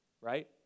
right